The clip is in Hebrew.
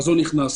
נכנס.